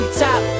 top